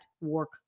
work